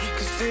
Cause